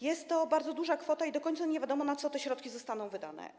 Jest to bardzo duża kwota i do końca nie wiadomo, na co te środki zostaną wydane.